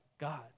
God